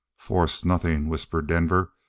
force nothing, whispered denver.